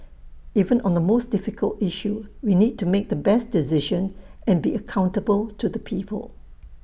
even on the most difficult issue we need to make the best decision and be accountable to the people